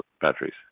batteries